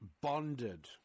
bonded